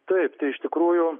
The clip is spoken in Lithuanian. taip tai iš tikrųjų